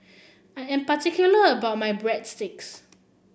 I am particular about my Breadsticks